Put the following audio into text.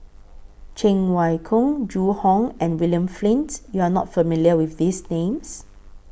Cheng Wai Keung Zhu Hong and William Flint YOU Are not familiar with These Names